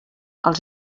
els